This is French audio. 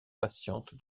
patiente